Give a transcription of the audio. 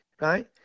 right